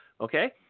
Okay